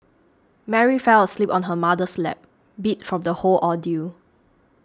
Mary fell asleep on her mother's lap beat from the whole ordeal